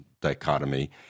dichotomy